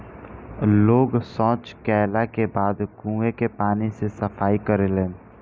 लोग सॉच कैला के बाद कुओं के पानी से सफाई करेलन